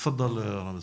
תפדאל, ראמז.